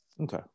okay